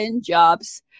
jobs